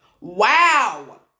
wow